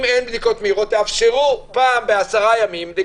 אם אין בדיקות מהירות, תאפשרו פעם ב-10 ימים.